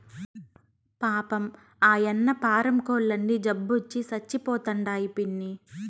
పాపం, ఆయన్న పారం కోల్లన్నీ జబ్బొచ్చి సచ్చిపోతండాయి పిన్నీ